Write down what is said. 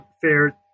fair